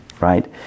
Right